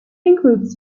includes